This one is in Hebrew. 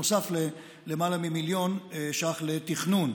ובנוסף למעלה ממיליון ש"ח לתכנון.